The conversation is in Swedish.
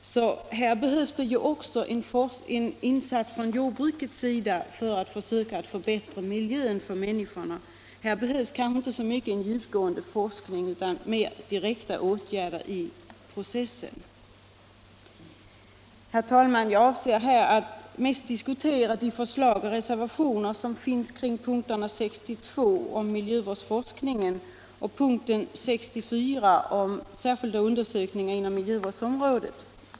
Det behövs alltså en insats också från jordbruket för att förbättra miljön för människorna. Det behövs kanske för detta ändamål inte någon djupgående forskning utan mer av direkta åtgärder i processen. Herr talman! Jag avser att mest diskutera de förslag och reservationer som avser punkten 62 om miljövårdsforskningen och punkten 64 om särskilda undersökningar inom miljövårdsområdet.